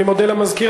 אני מודה למזכיר.